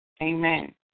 amen